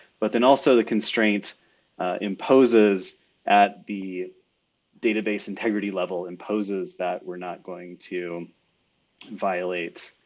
but then also the constraint imposes at the database integrity level imposes that we're not going to violate